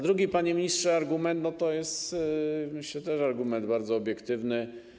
Drugi, panie ministrze, argument jest, myślę, też argumentem bardzo obiektywnym.